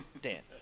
Dan